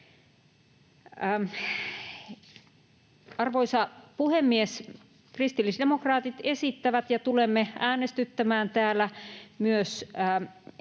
Arvoisa puhemies! Kristillisdemokraatit esittävät ja tulemme äänestyttämään täällä myös